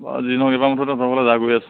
বাৰু যি নহওক এইবোৰ মুঠতে যা গৈ আছো